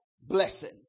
blessing